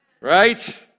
Right